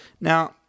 Now